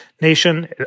nation